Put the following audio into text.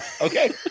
Okay